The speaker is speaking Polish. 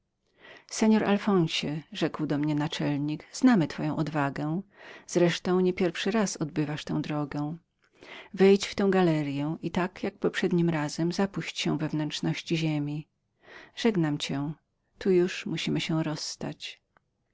galeryę seor alfonsie rzekł do mnie naczelnik znamy twoją odwagę wreszcie nie pierwszy raz odbywasz już tę drogę wejdź w tę galeryę i tak jak poprzednim razem zapuść się we wnętrzności ziemi żegnam cię tu już musimy się rozstać